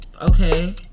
Okay